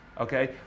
okay